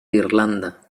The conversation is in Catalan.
irlanda